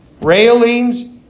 railings